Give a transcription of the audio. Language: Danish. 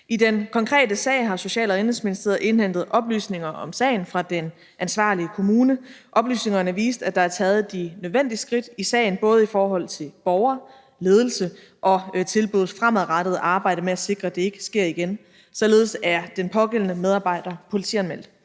I den konkrete sag har Social- og Indenrigsministeriet indhentet oplysninger om sagen fra den ansvarlige kommune. Oplysningerne viste, at der er taget de nødvendige skridt i sagen i forhold til både borgeren, ledelsen og tilbuddets fremadrettede arbejde med at sikre, at det ikke sker igen. Således er den pågældende medarbejder politianmeldt.